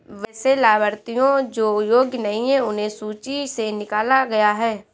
वैसे लाभार्थियों जो योग्य नहीं हैं उन्हें सूची से निकला गया है